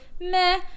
meh